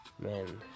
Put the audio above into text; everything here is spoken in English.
man